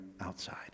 outside